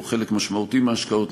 או חלק משמעותי מההשקעות,